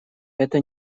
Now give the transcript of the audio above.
это